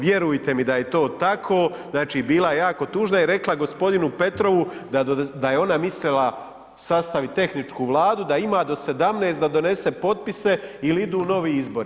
Vjerujte mi daj e to tako, znači bila je jako tužna i rekla g. Petrovu da je ona mislila sastavit tehničku Vladu, da ima do 17 da donese potpise ili idu novi izbori.